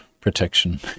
protection